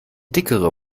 dickere